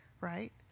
right